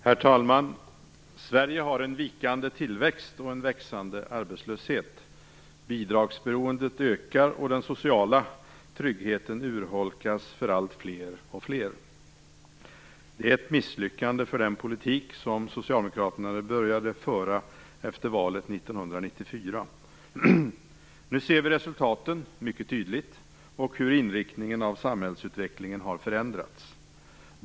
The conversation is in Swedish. Herr talman! Sverige har en vikande tillväxt och en växande arbetslöshet. Bidragsberoendet ökar och den sociala tryggheten urholkas för allt fler. Det är ett misslyckande för den politik som socialdemokraterna började föra efter valet 1994. Nu ser vi resultaten mycket tydligt. Vi ser hur inriktningen av samhällsutvecklingen har förändrats.